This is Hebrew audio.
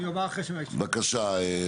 בבקשה.